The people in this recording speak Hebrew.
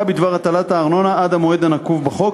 בדבר הטלת הארנונה עד המועד הנקוב בחוק,